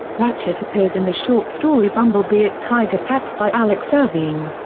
ratchet appears in the short story bumblebee at tyger pax by alex irvine.